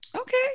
Okay